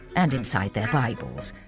and inside their bibles.